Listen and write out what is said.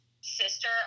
sister